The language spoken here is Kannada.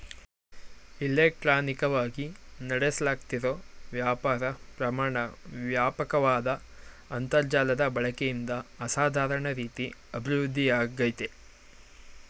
ಇಲೆಕ್ಟ್ರಾನಿಕವಾಗಿ ನಡೆಸ್ಲಾಗ್ತಿರೋ ವ್ಯಾಪಾರ ಪ್ರಮಾಣ ವ್ಯಾಪಕ್ವಾದ ಅಂತರ್ಜಾಲದ ಬಳಕೆಯಿಂದ ಅಸಾಧಾರಣ ರೀತಿ ಅಭಿವೃದ್ಧಿಯಾಗಯ್ತೆ